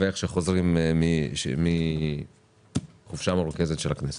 וכשנחזור מהחופשה המרוכזת של הכנסת.